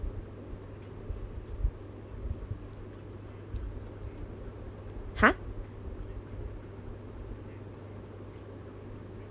ha